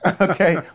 Okay